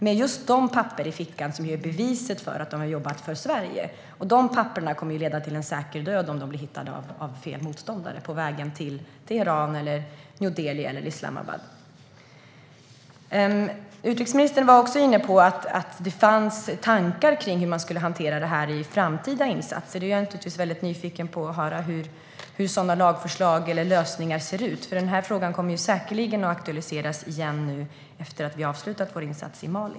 Det här ska ske med papper i fickan som är bevis för att de har jobbat för Sverige - dessa papper kommer att leda till en säker död om de hittas av fel motståndare på vägen till Teheran, New Delhi eller Islamabad. Utrikesministern var också inne på att det finns tankar om hur man ska hantera detta i framtida insatser. Jag är väldigt nyfiken på att höra hur sådana lagförslag eller lösningar skulle kunna se ut, för den här frågan kommer säkerligen att aktualiseras igen efter att vi har avslutat vår insats i Mali.